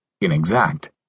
inexact